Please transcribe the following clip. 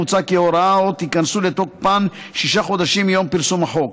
מוצע כי ההוראות ייכנסו לתוקפן שישה חודשים מיום פרסום החוק.